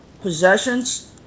possessions